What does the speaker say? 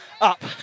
up